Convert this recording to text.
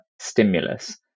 stimulus